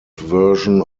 version